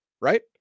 right